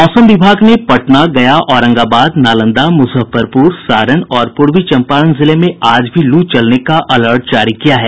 मौसम विभाग ने पटना गया औरंगाबाद नालंदा मुजफ्फरपुर सारण और पूर्वी चम्पारण जिले में आज भी लू चलने का अलर्ट जारी किया है